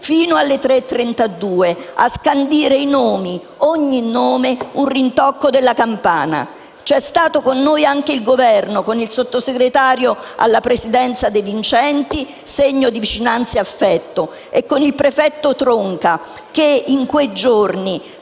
fino alle 3,32 a scandire i nomi: ogni nome, un rintocco della campana. C'è stato con noi anche il Governo con il sottosegretario alla Presidenza del consiglio De Vincenti, segno di vicinanza e affetto, e con il prefetto Tronca, che in quei giorni,